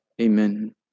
Amen